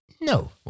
No